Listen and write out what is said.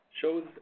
shows